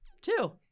Two